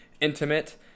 intimate